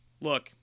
Look